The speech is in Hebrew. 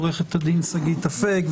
עורכת הדין שגית אפיק,